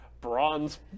bronze